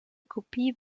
kopie